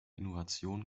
innovation